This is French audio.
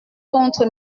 contre